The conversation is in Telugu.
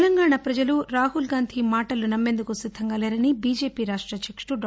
తెలంగాణ ప్రజలు రాహుల్గాంధి మాటలు నమ్మేందుకు సిద్దంగా లేరని బీజెపి రాష్ట అధ్యకుడు డా